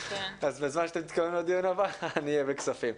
אז בזמן שאתם תתכוננו לדיון הבא אני אהיה בכספים.